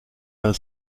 d’un